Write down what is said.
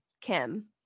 Kim